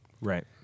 right